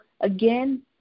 again